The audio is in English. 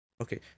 okay